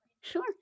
sure